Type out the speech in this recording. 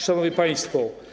Szanowni Państwo!